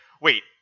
wait